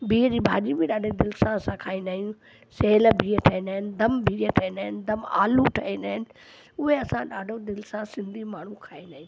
बीहु जी भाॼी बि ॾाढी दिलि सां असां खाईंदा आहियूं सिहल बीहु ठाहींदा आहिनि दम बिरयानी ठाहींदा आहिनि दम आलू ठाहींदा आहिनि उहे असां ॾाढो दिलि सां सिंधी माण्हू खाईंदा आहिनि